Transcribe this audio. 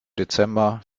dezember